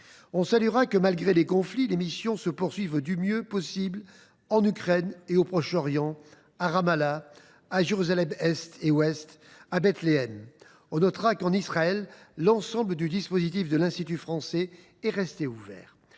remarquable que, malgré les conflits, les missions se poursuivent du mieux possible en Ukraine ou au Proche Orient, à Ramallah, à Jérusalem Est, à Jérusalem Ouest ou encore à Bethléem. On notera que, en Israël, l’ensemble du dispositif de l’Institut français est resté ouvert.